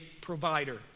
provider